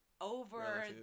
over